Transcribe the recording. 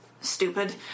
stupid